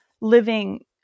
living